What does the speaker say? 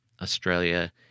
Australia